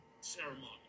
ceremony